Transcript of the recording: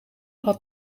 had